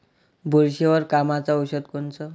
बुरशीवर कामाचं औषध कोनचं?